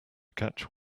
catch